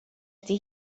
ydy